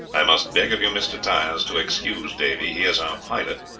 i must beg of you, mr. tyers, to excuse davy. he is our pilot,